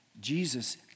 Jesus